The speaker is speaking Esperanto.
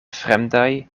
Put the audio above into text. fremdaj